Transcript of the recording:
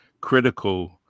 Critical